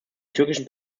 türkischen